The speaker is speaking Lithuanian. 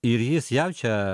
ir jis jaučia